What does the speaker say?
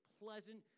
pleasant